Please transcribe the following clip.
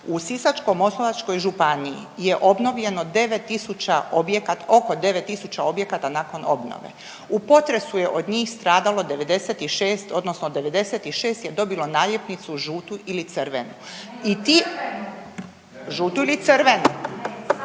u Sisačko-moslavačkoj županiji je obnovljeno oko 9000 objekata nakon obnove. U potresu je od njih stradalo 96 odnosno 96 je dobilo naljepnicu žutu ili crvenu. I ti … …/Upadica sa strane, ne